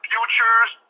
Futures